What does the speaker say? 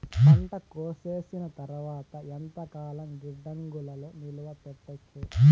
పంట కోసేసిన తర్వాత ఎంతకాలం గిడ్డంగులలో నిలువ పెట్టొచ్చు?